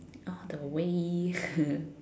all the way